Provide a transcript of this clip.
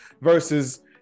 versus